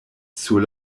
sur